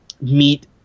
meet